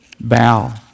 Bow